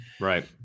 Right